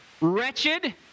Wretched